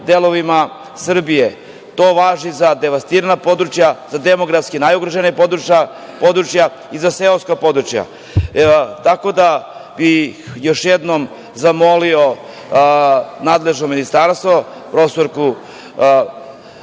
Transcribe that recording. delovima Srbije. To važi za devastirana područja, za demografski najugroženija područja i za seoska područja. Još jednom bih zamolio nadležno ministarstvo, profesorku,